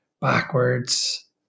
backwards